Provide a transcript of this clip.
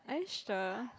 are you sure